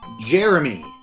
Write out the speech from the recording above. Jeremy